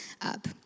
up